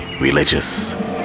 religious